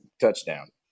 touchdown